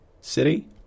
city